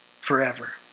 forever